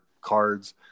cards